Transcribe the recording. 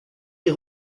est